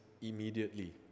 immediately